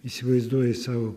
įsivaizduoji sau